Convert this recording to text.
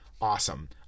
awesome